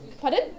Pardon